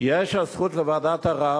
יש הזכות לוועדת ערר,